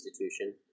institution